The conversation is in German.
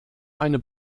eine